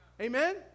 Amen